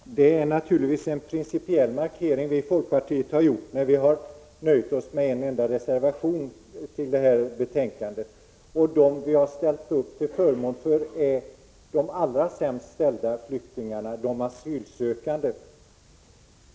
Herr talman! Det är naturligtvis en principiell markering vi i folkpartiet har gjort, när vi nöjt oss med en enda reservation till detta betänkande. Vi har ställt upp till förmån för de allra sämst ställda flyktingarna, de asylsökande.